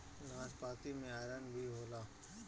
नाशपाती में आयरन भी होला